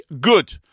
good